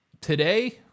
today